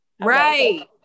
right